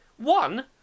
One